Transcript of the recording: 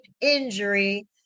injury